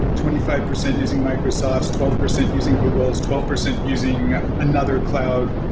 twenty five percent using microsoft's, twelve percent using google's, twelve percent using another cloud.